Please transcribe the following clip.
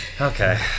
Okay